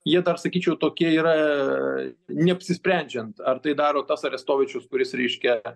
jie dar sakyčiau tokie yra neapsisprendžiant ar tai daro tas aristovičius kuris reiškia